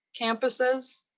campuses